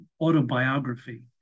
autobiography